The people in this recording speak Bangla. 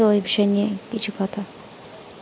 তো ওই বিষয় নিয়ে কিছু কথা